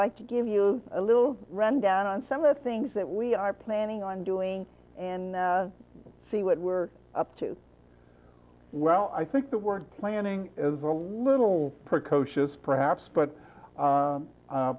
like to give you a little rundown on some of the things that we are planning on doing and see what we're up to well i think the word planning is a little precocious perhaps but